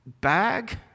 bag